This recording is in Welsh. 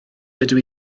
dydw